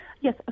Yes